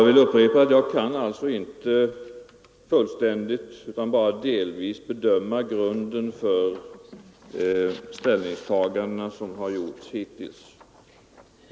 Herr talman! Jag vill upprepa att jag bara delvis kan bedöma grunden för de ställningstaganden som har gjorts hittills.